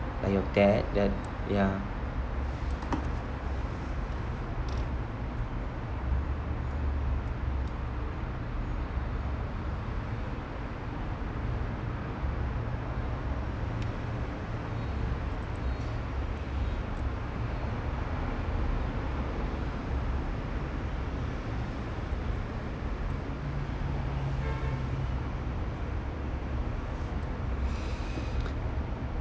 like your dad yo~ ya